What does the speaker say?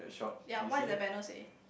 yea what is the banner say